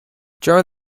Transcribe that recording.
during